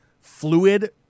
fluid